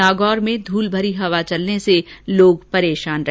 नागौर में धूलभरी हवा चलने से लोग परेशान रहे